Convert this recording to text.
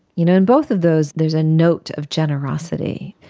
you know in both of those there is a note of generosity.